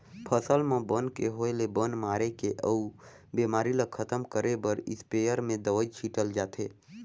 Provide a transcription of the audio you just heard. फसल म बन के होय ले बन मारे के अउ बेमारी ल खतम करे बर इस्पेयर में दवई छिटल जाथे